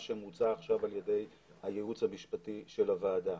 שמוצע עכשיו על ידי הייעוץ המשפטי של הוועדה.